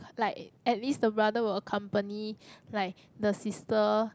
like at least the brother will accompany like the sister